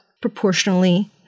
proportionally